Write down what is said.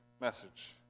message